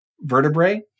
vertebrae